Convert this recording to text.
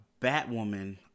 Batwoman